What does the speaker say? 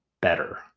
better